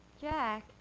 Jack